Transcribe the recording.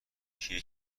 کیه